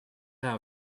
how